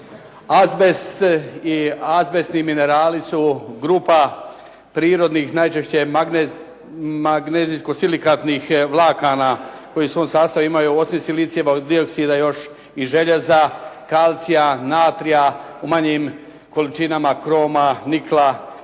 Azbest i azbestni minerali su grupa prirodni najčešće magnezijsko silikatnih vlakana koji u svom sastavu imaju osim silicijeva dioksida i još željeza, kalcija, natrija, u manjim količinama kroma, nikla i